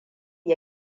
ya